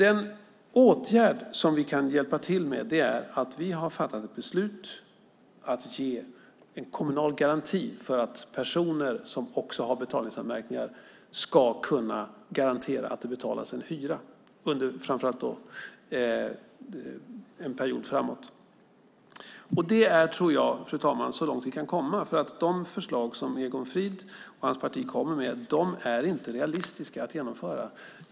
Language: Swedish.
En åtgärd som kan hjälpa till är att vi har fattat beslut om att ge en kommunal garanti under en period för att personer som har betalningsanmärkningar kommer att betala sin hyra. Det tror jag är så långt vi kan komma. De förslag som Egon Frid och hans parti kommer med är inte realistiska att genomföra.